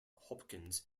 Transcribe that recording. hopkins